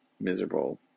miserable